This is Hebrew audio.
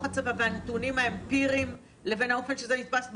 הצבא והנתונים האמפיריים לבין האופן שזה נתפס בחוץ?